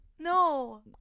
No